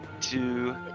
two